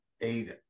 eight